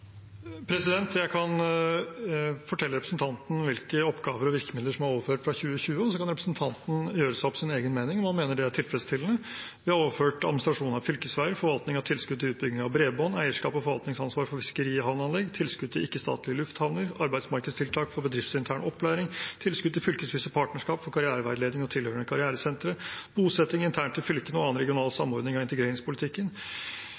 Jeg kan fortelle representanten Lauvås hvilke oppgaver og virkemidler som er overført fra 2020, og så kan representanten gjøre seg opp sin egen mening om han mener det er tilfredsstillende. Vi har overført administrasjon av fylkesveier, forvaltning av tilskudd til utbygging av bredbånd, eierskaps- og forvaltningsansvar for fiskerihavneanlegg, tilskudd til ikke-statlige lufthavner, arbeidsmarkedstiltak for bedriftsintern opplæring, tilskudd til fylkesvise partnerskap for karriereveiledning og tilhørende karrieresentre, bosetting internt i fylkene og annen regional